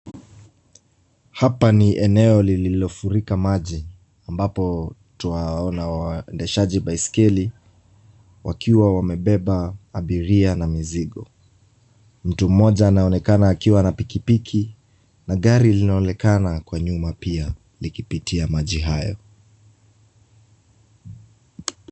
Hapa ni eneo ambalo limefurika maji, hapa twaona waendeshaji baiskeli wakiwa wamebeba abiria na mizigo. Mtu mmoja anaonekana akiwa na pikipiki na gari linaonekana nyuma pia likipitia maji hayo.